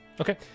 Okay